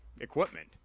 equipment